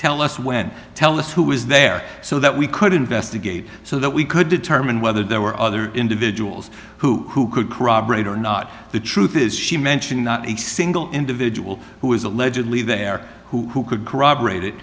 tell us when tell us who was there so that we could investigate so that we could determine whether there were other individuals who could corroborate or not the truth is she mentioned not a single individual who was allegedly there who could corroborate it